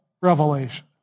revelation